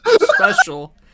special